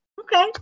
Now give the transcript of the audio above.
Okay